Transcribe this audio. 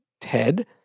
TED